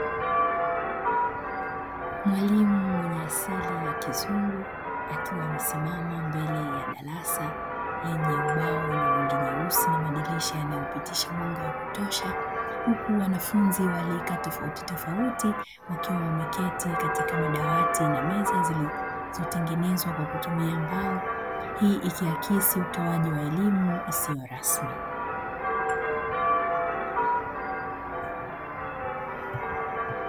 Mwalimu mwenye asili ya kizungu akiwa amesimama mbele ya darasa lenye ubao wenye rangi nyeusi na madirisha yanayopitisha mwanga wa kutosha. Huku wanafunzi wa rika tofauti tofauti wakiwa wameketi katika madawati na meza zilizotengenezwa kwa kutumia mbao. Hii ikiakisi utoaji wa elimu isiyo rasmi.